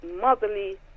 motherly